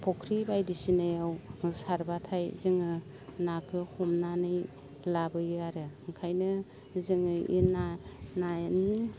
फुख्रि बायदिसिनायाव सारब्लाथाय जोङो नाखौ हमनानै लाबोयो आरो ओंखायनो जोङो ए ना नानि